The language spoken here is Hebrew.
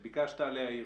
בבקשה, ביקשת להגיב.